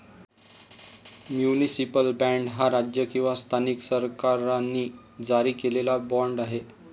municipal bond हा राज्य किंवा स्थानिक सरकारांनी जारी केलेला बाँड आहे